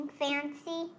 fancy